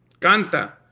Canta